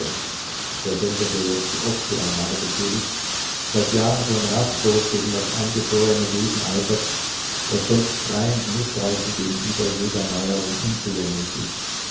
napierderselbe der jetzt die ostsee armada befehligt seit jahren schon rastlos gegen das eingefrorene wesen eifert das selbst schreienden mißbräuchen gegenüber jeder neuerung unzugänglich ist